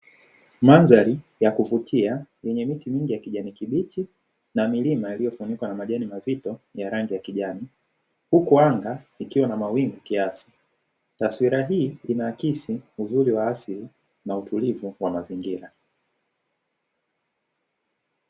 Mandhari ya kuvutia yenye miti mingi ya kijani kibichi na milima iliyofunikwa na majani mazito ya rangi ya kijani huku anga ikiwa na mawingu kiasi. Taswira hii inaakisi uzuri wa asili na utulivu wa mazingira.